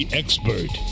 expert